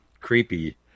creepy